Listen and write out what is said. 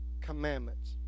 commandments